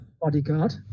bodyguard